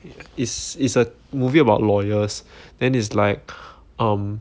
is is a movie about lawyers then it's like um